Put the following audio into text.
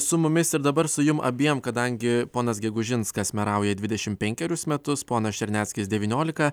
su mumis ir dabar su jum abiem kadangi ponas gegužinskas merauja dvidešimt penkerius metus ponas černeckis devyniolika